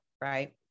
right